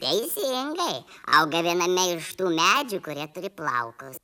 teisingai auga viename iš tų medžių kurie turi plaukas